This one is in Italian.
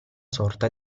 sorta